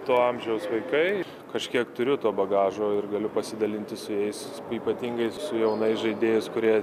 to amžiaus vaikai kažkiek turiu to bagažo ir galiu pasidalinti su jais ypatingai su jaunais žaidėjais kurie